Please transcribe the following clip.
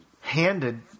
handed